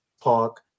Park